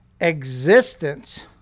existence